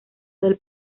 del